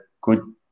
good